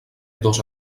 dos